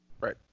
Right